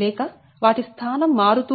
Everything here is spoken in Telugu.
లేక వాటి స్థానం మారుతూ ఉంది